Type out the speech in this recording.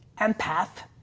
empath,